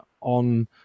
on